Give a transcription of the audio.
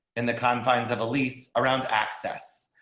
in the confines of elise around access.